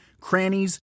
crannies